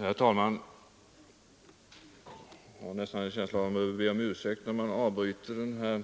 Herr talman! Jag har nästan en känsla av att man behöver be om ursäkt när man avbryter den här